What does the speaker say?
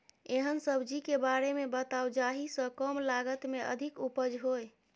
एहन सब्जी के बारे मे बताऊ जाहि सॅ कम लागत मे अधिक उपज होय?